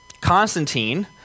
Constantine